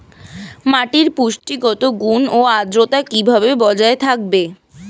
মাটির পুষ্টিগত গুণ ও আদ্রতা কিভাবে বজায় থাকবে?